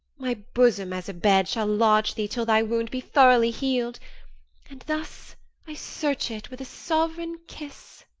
my bosom, as a bed, shall lodge thee till thy wound be throughly heal'd and thus i search it with a sovereign kiss.